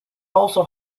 also